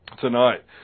tonight